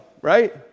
right